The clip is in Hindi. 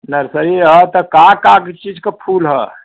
नर्सरी अहा तो का का चीज़ का फूल हा